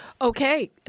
Okay